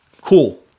cool